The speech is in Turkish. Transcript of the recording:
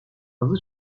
kazı